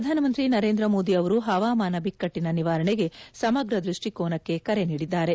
ಪ್ರಧಾನಮಂತ್ರಿ ನರೇಂದ್ರ ಮೋದಿ ಅವರು ಹವಾಮಾನ ಬಿಕ್ಕಟ್ಟಿನ ನಿವಾರಣೆಗೆ ಸಮಗ್ರ ದೃಷ್ಟಿಕೋನಕ್ಕೆ ಕರೆ ನೀಡಿದ್ದಾರೆ